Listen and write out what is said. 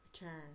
return